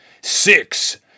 Six